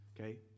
okay